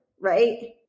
right